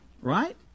right